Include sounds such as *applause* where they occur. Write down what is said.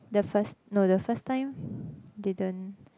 the first no the first time *breath* didn't